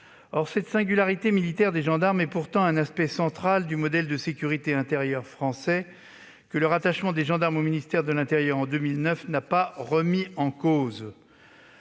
Or cette singularité des gendarmes est pourtant un aspect central du modèle de sécurité intérieure français, que le rattachement des gendarmes au ministère de l'intérieur en 2009 n'a pas remis en cause.